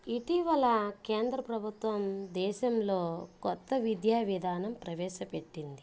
ఇటీవలా కేంద్ర ప్రభుత్వం దేశంలో కొత్త విద్యా విధానం ప్రవేశ పెట్టింది